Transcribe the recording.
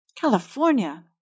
California